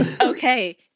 okay